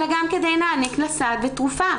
אלא גם כדי להעניק לה סעד ותרופה.